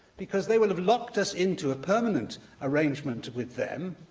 because they will have locked us into a permanent arrangement with them,